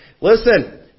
Listen